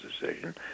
decision